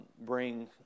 bring